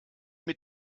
mit